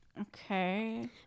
Okay